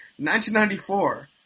1994